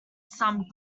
some